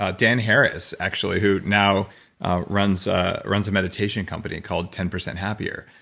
ah dan harris actually who now runs ah runs a meditation company called ten percent happier.